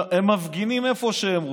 מפגינים איפה שהם רוצים.